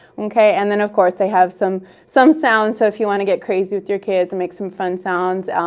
okay? and then, of course, they have some some sounds, so if you want to get crazy with your kids and make some fun sounds.